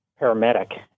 paramedic